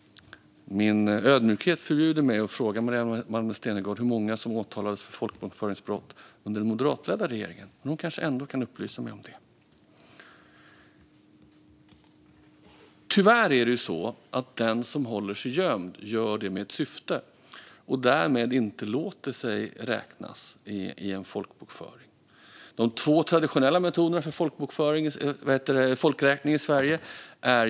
Min ödmjukhet förbjuder mig att fråga Maria Malmer Stenergard hur många som åtalades för folkbokföringsbrott under den moderatledda regeringen, men hon kanske ändå kan upplysa mig om det. Den som håller sig gömd gör tyvärr det av ett syfte och låter sig därmed inte räknas i en folkbokföring. Det finns två traditionella metoder för folkräkning i Sverige.